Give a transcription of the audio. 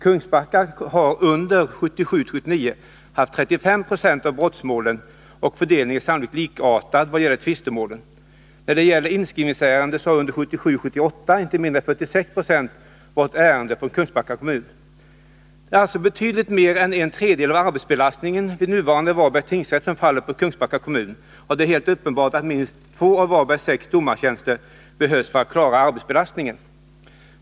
Kungsbacka har under åren 1977-1979 haft 35 20 av brottmålen, och fördelningen är sannolikt likartad vad gäller tvistemål. När det gäller inskrivningsärenden har under åren 1977 och 1978 inte mindre än 46 9 varit ärenden i Kungsbacka kommun. Det är alltså betydligt mer än en tredjedel av arbetsbelastningen vid nuvarande Varbergs tingsrätt som faller på Kungsbacka kommun, och det är helt uppenbart att minst två av Varbergs sex domartjänster behövs för att klara den arbetsbelastningen.